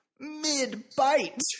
mid-bite